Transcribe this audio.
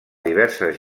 diverses